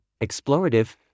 explorative